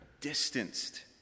distanced